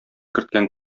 керткән